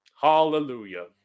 Hallelujah